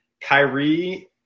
Kyrie